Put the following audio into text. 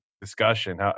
discussion